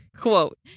Quote